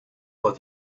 but